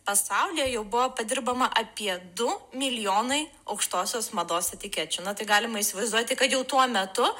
pasaulyje jau buvo padirbama apie du milijonai aukštosios mados etikečių na tai galima įsivaizduoti kad jau tuo metu